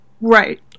Right